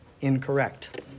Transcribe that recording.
incorrect